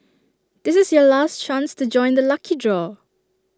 this is your last chance to join the lucky draw